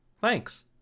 Thanks